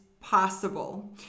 possible